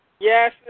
Yes